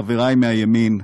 חברי מהימין,